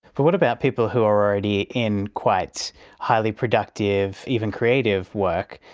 but what about people who are already in quite highly productive, even creative work?